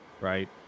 Right